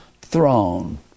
throne